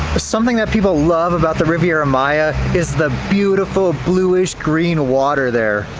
something that people love about the riviera maya is the beautiful bluish green water there.